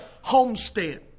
Homestead